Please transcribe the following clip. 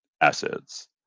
assets